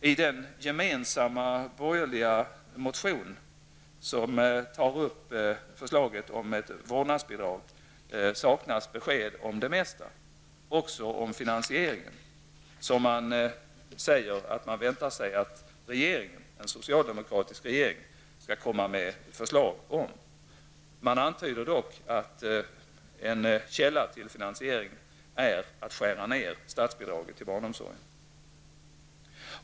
I den gemensamma borgerliga motion som tar upp förslaget om ett vårdnadsbidrag saknas besked om det mesta, även om finansieringen. Man säger att man väntar sig att regeringen, den socialdemokratiska regeringen, skall komma med ett förslag på detta. Man antyder dock att en del av finansieringen kan ske genom att man skär ned på statsbidraget till barnomsorgen.